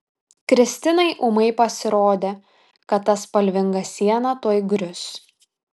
kristinai ūmai pasirodė kad ta spalvinga siena tuoj grius